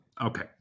Okay